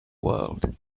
world